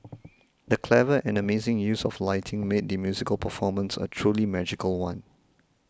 the clever and amazing use of lighting made the musical performance a truly magical one